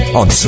on